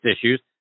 issues